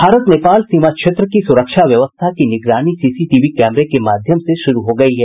भारत नेपाल सीमा क्षेत्र की सुरक्षा व्यवस्था की निगरानी सीसीटीवी कैमरे के माध्यम से शुरू हो गयी है